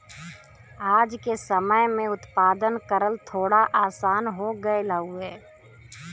आज के समय में उत्पादन करल थोड़ा आसान हो गयल हउवे